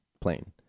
plain